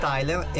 Tyler